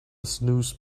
snooze